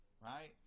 right